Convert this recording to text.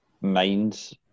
minds